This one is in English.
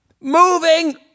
Moving